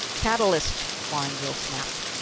catalyst, vorongil snapped,